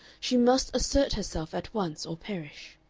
she must assert herself at once or perish.